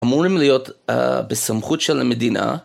אמורים להיות בסמכות של המדינה.